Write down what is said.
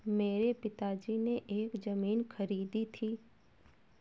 मेरे पिताजी ने एक जमीन खरीदी थी